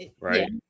right